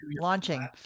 launching